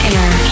Air